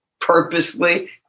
purposely